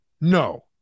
No